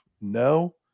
No